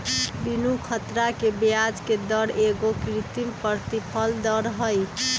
बीनू ख़तरा के ब्याजके दर एगो कृत्रिम प्रतिफल दर हई